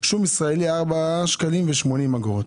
שום ישראלי היה 4.80 שקלים.